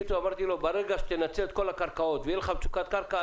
ברגע שתנצל את כל הקרקעות ותהיה לך מצוקת קרקע,